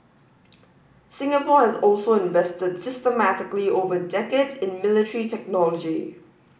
Singapore has also invested systematically over decades in military technology